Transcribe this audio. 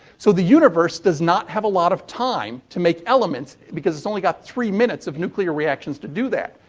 so, the universe does not have a lot of time to make elements because its only got three minutes of nuclear reactions to do that.